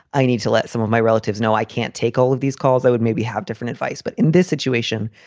i need to let some of my relatives know i can't take all of these calls. i would maybe have different advice. but in this situation,